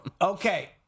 Okay